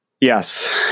Yes